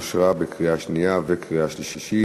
אושרה בקריאה שנייה ובקריאה שלישית,